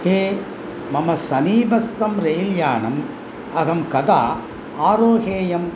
हे मम समीपस्थं रेल्यानम् अहं कदा आरोहेयम्